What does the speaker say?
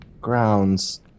grounds